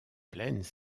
plaines